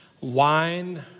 wine